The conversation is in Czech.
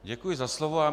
Děkuji za slovo.